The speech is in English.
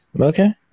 Okay